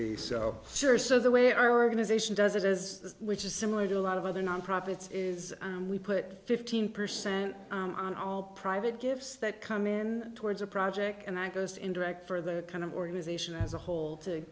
be so sure so the way our organization does it as which is similar to a lot of other non profits is we put fifteen percent on all private gifts that come in towards a project and that goes in direct for the kind of organization as a whole to